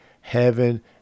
heaven